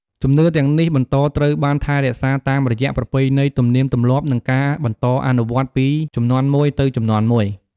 ជំនឿទាំងនេះបន្តត្រូវបានថែរក្សាតាមរយៈប្រពៃណីទំនៀមទម្លាប់ និងការបន្តអនុវត្តន៍ពីជំនាន់មួយទៅជំនាន់មួយ។